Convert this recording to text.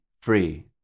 free